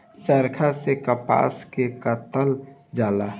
चरखा से कपास के कातल जाला